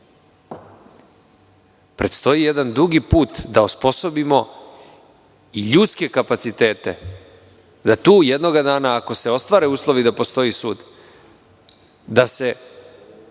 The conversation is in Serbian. predstoji jedan dug put da osposobimo i ljudske kapacitete, da tu jednog dana ako se ostvare uslovi da postoji sud, da se